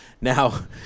Now